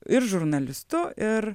ir žurnalistu ir